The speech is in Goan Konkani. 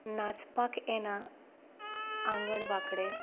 नाचपाक येना आंगण वांकडें